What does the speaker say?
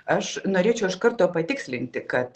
aš norėčiau iš karto patikslinti kad